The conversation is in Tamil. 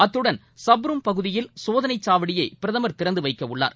அத்துடன் சப்ரும் பகுதியில் சோதனை சாவடியை பிரதமர் திறந்து வைக்கவுள்ளார்